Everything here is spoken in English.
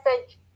message